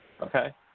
Okay